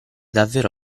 davvero